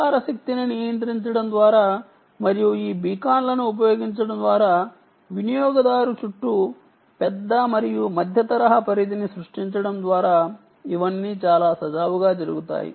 ప్రసార శక్తిని నియంత్రించడం ద్వారా మరియు ఈ బీకాన్లను ఉపయోగించడం ద్వారా వినియోగదారు చుట్టూ పెద్ద మరియు మధ్య తరహా పరిధిని సృష్టించడం ద్వారా ఇవన్నీ చాలా సజావుగా జరుగుతాయి